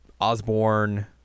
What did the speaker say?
Osborne